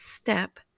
step